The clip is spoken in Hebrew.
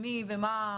ומי היא.